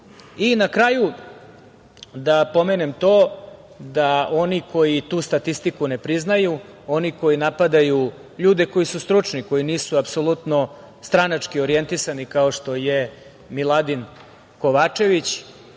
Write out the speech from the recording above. na kraju, da pomenem to da oni koji tu statistiku ne priznaju, oni koji napadaju ljude koji su stručni, koji nisu apsolutno stranački orijentisani, kao što je Miladin Kovačević,